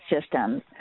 systems